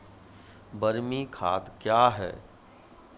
बरमी खाद कया हैं?